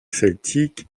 celtique